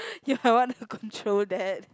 you might want to control that